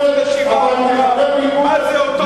השר ארדן, אני אקבל אותך